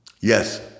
Yes